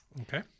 Okay